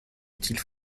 style